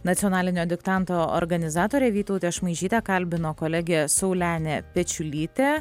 nacionalinio diktanto organizatorę vytautę šmaižytę kalbino kolegė saulenė pečiulytė